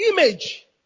image